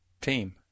team